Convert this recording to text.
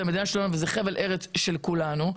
המדינה של כולנו וזה חבל ארץ של כולנו,